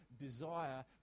desire